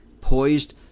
poised